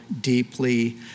deeply